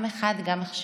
עם אחד גם עכשיו,